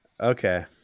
Okay